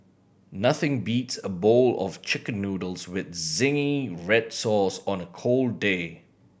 nothing beats a bowl of Chicken Noodles with zingy red sauce on a cold day